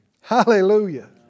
Hallelujah